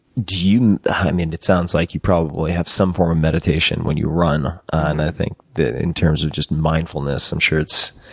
do you i mean, it sounds like you probably have some form of meditation when you run, and i think in terms of just mindfulness, i'm sure it's